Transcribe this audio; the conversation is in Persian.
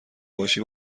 باشی